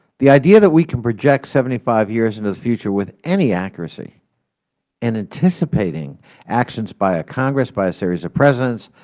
the idea that we can project seventy five years into the future with any accuracy and anticipating actions by a congress, by a series of presidents,